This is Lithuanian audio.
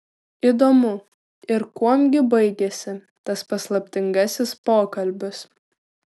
įdomu ir kuom gi baigėsi tas paslaptingasis pokalbis